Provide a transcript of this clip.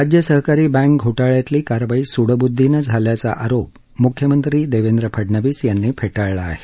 राज्य सहकारी बँक घोटाळ्यातली कारवाई सूडबुद्धीने झाल्याचा आरोप मुख्यमंत्री फडणवीस यांनी फेटाळला आहे